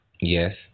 Yes